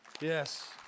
Yes